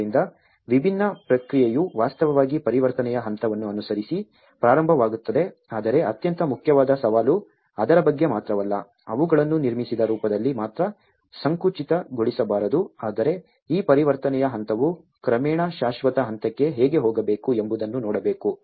ಆದ್ದರಿಂದ ವಿಭಿನ್ನ ಪ್ರಕ್ರಿಯೆಯು ವಾಸ್ತವವಾಗಿ ಪರಿವರ್ತನೆಯ ಹಂತವನ್ನು ಅನುಸರಿಸಿ ಪ್ರಾರಂಭವಾಗುತ್ತದೆ ಆದರೆ ಅತ್ಯಂತ ಮುಖ್ಯವಾದ ಸವಾಲು ಅದರ ಬಗ್ಗೆ ಮಾತ್ರವಲ್ಲ ಅವುಗಳನ್ನು ನಿರ್ಮಿಸಿದ ರೂಪದಲ್ಲಿ ಮಾತ್ರ ಸಂಕುಚಿತಗೊಳಿಸಬಾರದು ಆದರೆ ಈ ಪರಿವರ್ತನೆಯ ಹಂತವು ಕ್ರಮೇಣ ಶಾಶ್ವತ ಹಂತಕ್ಕೆ ಹೇಗೆ ಹೋಗಬೇಕು ಎಂಬುದನ್ನು ನೋಡಬೇಕು